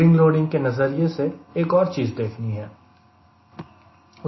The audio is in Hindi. विंग लोडिंग के नज़रिए से एक और चीज देखनी है